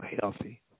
healthy